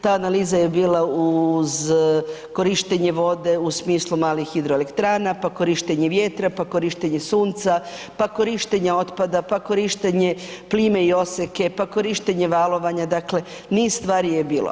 Ta analiza je bila uz korištenje vode u smislu malih hidroelektrana, pa korištenje vjetra, pa korištenje sunca, pa korištenje otpada, pa korištenje plime i oseke, pa korištenje valovanja, dakle niz stvari je bilo.